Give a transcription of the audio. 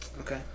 Okay